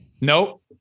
Nope